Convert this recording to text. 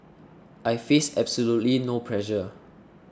I face absolutely no pressure